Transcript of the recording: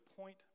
point